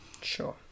Sure